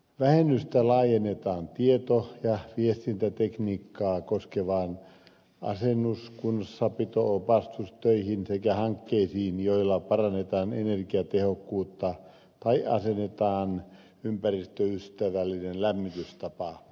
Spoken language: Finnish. vähennystä laajennetaan tieto ja viestintätekniikkaa koskeviin asennus kunnossapito ja opastustöihin sekä hankkeisiin joilla parannetaan energiatehokkuutta tai asennetaan ympäristöystävällinen lämmitystapa